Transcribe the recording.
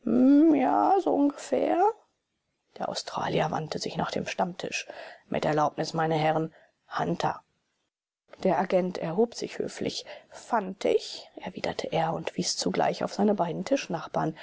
ja so ungefähr der australier wandte sich nach dem stammtisch mit erlaubnis meine herren hunter der agent erhob sich höflich fantig erwiderte er und wies zugleich auf seine beiden tischnachbarn